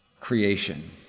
creation